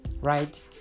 right